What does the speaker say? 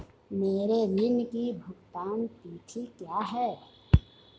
मेरे ऋण की भुगतान तिथि क्या है?